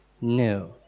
new